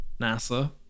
NASA